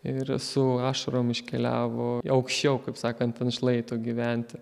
ir su ašarom iškeliavo aukščiau kaip sakant ant šlaito gyventi